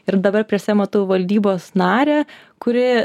ir dabar prieš save matau valdybos narę kuri